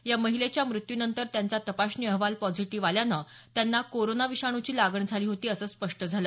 या महिलेच्या मृत्यूनंतर त्यांचा तपासणी अहवाल पॅझिटिव्ह आल्यानं त्यांना कोरोना विषाणूची लागण झाली होती असं स्पष्ट झालं